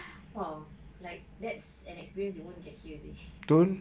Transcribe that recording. !wow! like that's an experience you won't get here seh